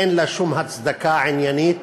אין לה שום הצדקה עניינית.